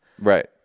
Right